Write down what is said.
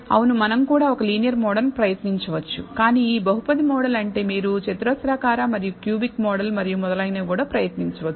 అవును మనం కూడా ఒక లీనియర్ మోడల్ ప్రయత్నించవచ్చు కానీ బహుపది మోడల్ అంటే మీరు క్వాడ్రాటిక్ మోడల్ మరియు క్యూబిక్ మోడల్ మరియు మొదలైనవి కూడా ప్రయత్నించవచ్చు